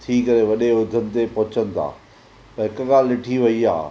थी करे वॾे उहिदनि ते पहुचनि था त हिकु ॻाल्हि ॾिठी वई आहे